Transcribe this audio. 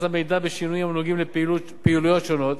המידע בשינויים הנוגעים בפעילויות שונות